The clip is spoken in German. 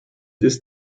ist